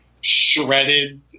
shredded